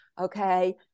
Okay